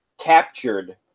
captured